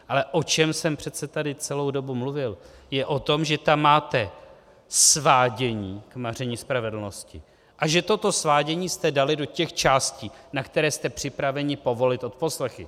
Ale o čem jsem přece tady celou dobu mluvil, je o tom, že tam máte svádění k maření spravedlnosti a že toto svádění jste dali do těch částí, na které jste připraveni povolit odposlechy.